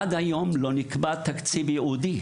עד היום לא נקבע תקציב ייעודי,